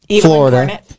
Florida